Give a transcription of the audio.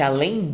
Além